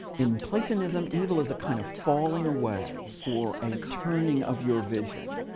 in platonism, evil is a kind of falling away, or a turning of your vision,